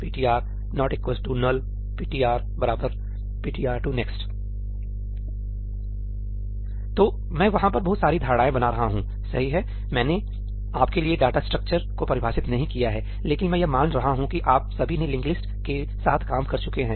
NULL ptr ptr next' तो मैं वहाँ पर बहुत सारी धारणाएँ बना रहा हूँ सही हैमैंने आपके लिए डाटा स्ट्रक्चर् को परिभाषित नहीं किया है लेकिन मैं यह मान रहा हूं कि आप सभी ने लिंक्ड लिस्ट के साथ काम कर चुके हैं